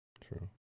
true